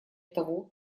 того